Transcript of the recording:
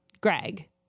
Greg